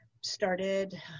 started